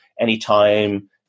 anytime